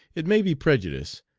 it may be prejudice,